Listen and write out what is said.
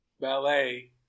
ballet